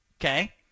Okay